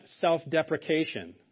self-deprecation